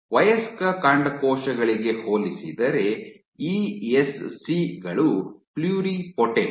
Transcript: ವಯಸ್ಕ ಕಾಂಡಕೋಶಗಳಿಗೆ ಹೋಲಿಸಿದರೆ ಇಎಸ್ಸಿಗಳು ಪ್ಲುರಿಪೊಟೆಂಟ್